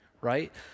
right